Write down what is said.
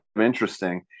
interesting